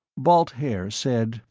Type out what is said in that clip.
balt haer said,